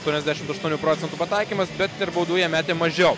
ašuoniasdešimt aštuonių procentų pataikymas bet ir baudų jie metė mažiau